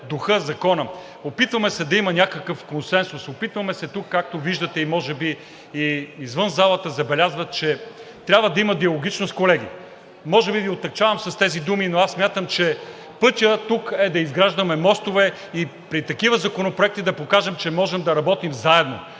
духа, закона. Опитваме се да има някакъв консенсус, опитваме се тук, както виждате, и може би и извън залата забелязват, че трябва да има диалогичност, колеги. Може би Ви отегчавам с тези думи, но аз смятам, че пътят тук е да изграждаме мостове и при такива законопроекти да покажем, че можем да работим заедно,